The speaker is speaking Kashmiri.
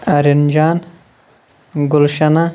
آریَن جان گلشناہ